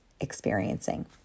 experiencing